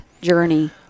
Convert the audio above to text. journey